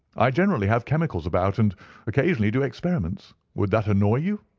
i generally have chemicals about, and occasionally do experiments. would that annoy you?